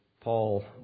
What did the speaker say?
Paul